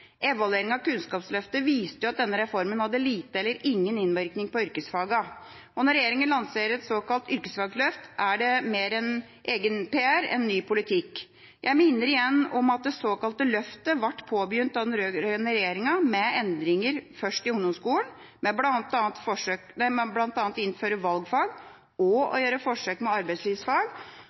Evalueringen av Kunnskapsløftet viste at denne reformen hadde liten eller ingen innvirkning på yrkesfagene. Når regjeringen lanserer et såkalt yrkesfagløft, er det mer egen-PR enn ny politikk. Jeg minner igjen om at det såkalte løftet ble påbegynt av den rød-grønne regjeringa, med endringer først i ungdomsskolen, ved bl.a. å innføre valgfag og gjøre forsøk med arbeidslivsfag.